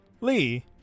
Lee